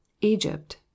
egypt